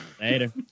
Later